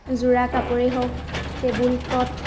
যোৰা কাপোৰেই হওক টেবুল ক্লথ